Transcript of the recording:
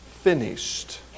finished